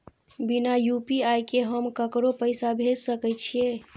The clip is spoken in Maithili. बिना यू.पी.आई के हम ककरो पैसा भेज सके छिए?